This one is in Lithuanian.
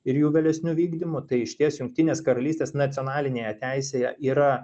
ir jų vėlesniu vykdymu tai išties jungtinės karalystės nacionalinėje teisėje yra